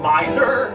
Miser